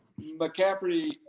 McCaffrey